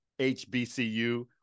HBCU